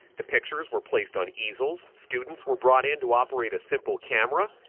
the pictures were placed on easels, students were brought into operate a simple camera.